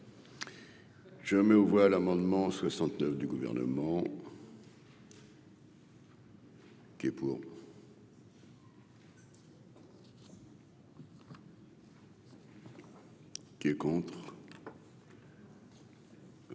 Je mets aux voix l'amendement 69 du gouvernement. Qui est pour. Qui est contre.